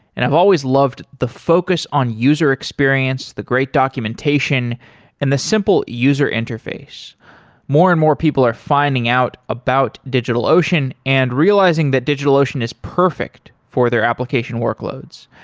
and i've always loved the focus on user experience, the great documentation and the simple user-interface. more and more people are finding out about digitalocean and realizing that digitalocean is perfect for their application workloads.